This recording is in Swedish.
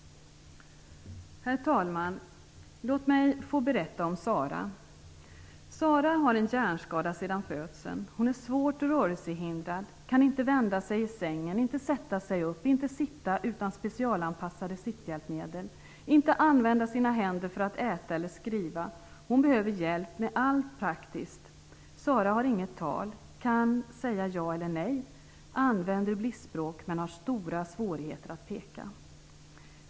Herr talman! Låt mig få berätta om Sara. Sara har en hjärnskada sedan födseln. Hon är svårt rörelsehindrad, kan inte vända sig i sängen, inte sätta sig upp, inte sitta utan specialanpassade sitthjälpmedel, inte använda sina händer för äta eller skriva. Hon behöver hjälp med allt praktiskt. Sara har inget tal. Hon kan säga ja eller nej. Hon använder bliss-språk, men har stora svårigheter att peka.